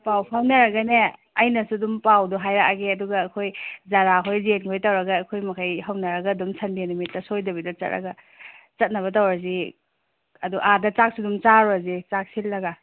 ꯄꯥꯎ ꯐꯥꯎꯅꯔꯒꯅꯦ ꯑꯩꯅꯁꯨ ꯑꯗꯨꯝ ꯄꯥꯎꯗꯣ ꯍꯥꯏꯔꯛꯑꯒꯦ ꯑꯗꯨꯒ ꯑꯩꯈꯣꯏ ꯖꯥꯔꯥ ꯈꯣꯏ ꯖꯦꯟ ꯈꯣꯏ ꯇꯧꯔꯒ ꯑꯩꯈꯣꯏ ꯃꯈꯩ ꯍꯧꯅꯔꯒ ꯑꯗꯨꯝ ꯁꯟꯗꯦ ꯅꯨꯃꯤꯠꯇ ꯁꯣꯏꯗꯕꯤꯗ ꯆꯠꯂꯒ ꯆꯠꯅꯕ ꯇꯧꯔꯁꯤ ꯑꯗꯣ ꯑꯥꯗ ꯆꯥꯛꯁꯨ ꯑꯗꯨꯝ ꯆꯥꯔꯨꯔꯁꯦ ꯆꯥꯛ ꯁꯤꯜꯂꯒ